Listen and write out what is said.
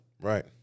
Right